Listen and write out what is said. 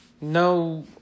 no